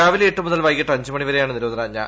രാവിലെ എട്ട് മുതൽ വൈകിട്ട് അഞ്ചുമണിവരെയാണ് നിരോധനാജ്ഞ